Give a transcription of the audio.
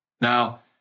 Now